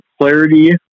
clarity